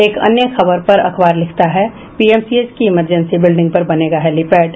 एक अन्य खबर पर अखबार लिखता है पीएमसीएच की इमरजेंसी बिल्डिंग पर बनेगा हेलीपैड